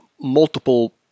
multiple